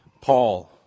Paul